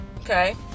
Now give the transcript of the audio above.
Okay